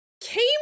came